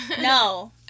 No